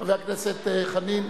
חבר הכנסת חנין.